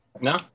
No